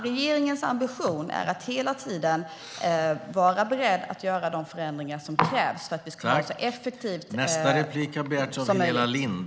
Regeringens ambition är att hela tiden vara beredd att göra de förändringar som krävs för att vi ska ha så hög effektivitet som möjligt.